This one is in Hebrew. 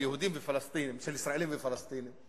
של ישראלים ופלסטינים,